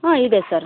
ಹಾಂ ಇದೆ ಸರ್